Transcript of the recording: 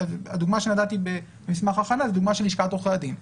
הדוגמה שנתתי במסמך ההכנה היא דוגמה של לשכת עורכי הדין.